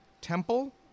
temple